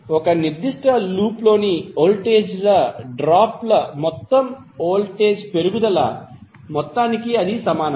ఒక నిర్దిష్ట లూప్లోని వోల్టేజ్ డ్రాప్ ల మొత్తం వోల్టేజ్ పెరుగుదల మొత్తానికి సమానం